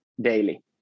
daily